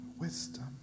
wisdom